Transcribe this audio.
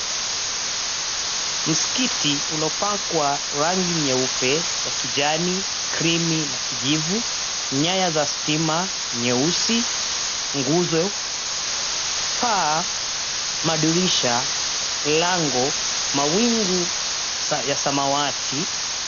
Msikiti uliopakwa rangi nyeupe na kijani, krimu na kijivu, nyaya za stima nyeusi, nguzo, paa, madirisha, lango, mawingu ya samawati.